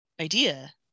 idea